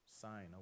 sign